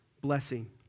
blessing